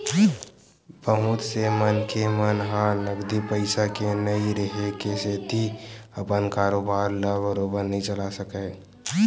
बहुत से मनखे मन ह नगदी पइसा के नइ रेहे के सेती अपन कारोबार ल बरोबर नइ चलाय सकय